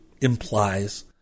implies